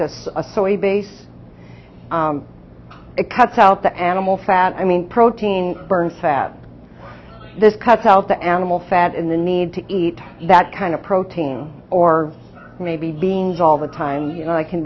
this a so a base it cuts out the animal fat i mean protein burn fat this cuts out the animal fat in the need to eat that kind of protein or maybe beings all the time you know it can